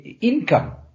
income